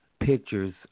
pictures